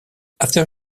after